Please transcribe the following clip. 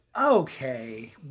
Okay